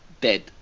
dead